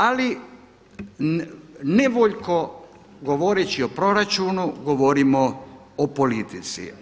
Ali nevoljko govoreći o proračunu govorimo o politici.